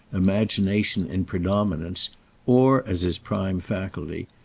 imagination in predominance or as his prime faculty,